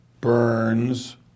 Burns